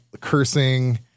cursing